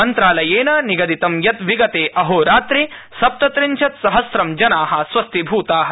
मन्त्रालयेन निगदितं यतः विगते अहोरात्रे सप्तत्रिंशत्सहस्त्रं जनाः स्वस्थीभूताः